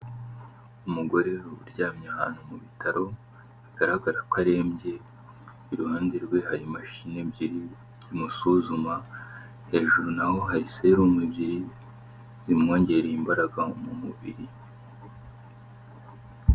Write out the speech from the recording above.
Umugore uryamye ahantu mu bitaro bigaragara ko arembye, iruhande rwe hari imashini ebyiri zimusuzuma, hejuru na ho hari serumu ebyiri zimwongerera imbaraga mu mubiri.